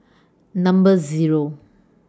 Number Zero